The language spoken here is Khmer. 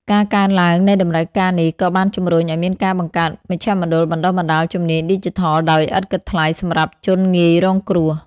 ការកើនឡើងនៃតម្រូវការនេះក៏បានជំរុញឱ្យមានការបង្កើតមជ្ឈមណ្ឌលបណ្តុះបណ្តាលជំនាញឌីជីថលដោយឥតគិតថ្លៃសម្រាប់ជនងាយរងគ្រោះ។